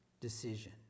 decision